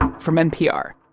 um from npr.